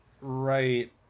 Right